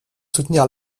soutenir